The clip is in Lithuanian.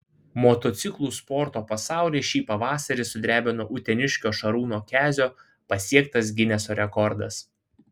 motociklų sporto pasaulį šį pavasarį sudrebino uteniškio šarūno kezio pasiektas gineso rekordas